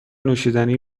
نوشیدنی